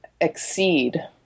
exceed